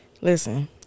Listen